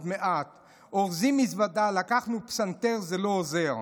מעט / אורזים מזוודה / לקחנו פסנתר / זה לא עוזר",